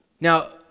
Now